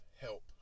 help